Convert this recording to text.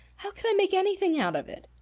how could i make anything out of it?